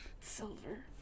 silver